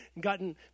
Gotten